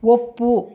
ಒಪ್ಪು